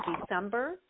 December